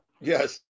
Yes